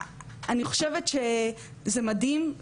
אני חושבת שזה מדהים,